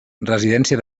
residència